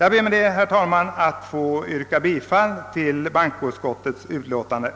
Därmed ber jag, herr talman, att få yrka bifall till bankoutskottets hemställan.